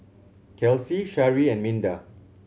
Kelcie Sharee and Minda